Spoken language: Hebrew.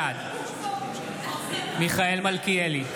בעד מיכאל מלכיאלי,